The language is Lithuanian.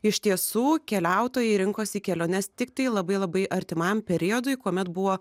iš tiesų keliautojai rinkosi keliones tiktai labai labai artimam periodui kuomet buvo